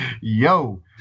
Yo